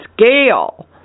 scale